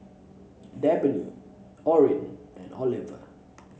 Dabney Orin and Oliver